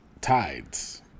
tides